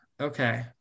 okay